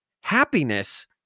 happiness